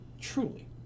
truly